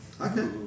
Okay